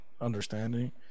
understanding